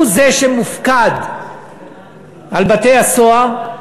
הוא שמופקד על בתי-הסוהר,